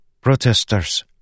Protesters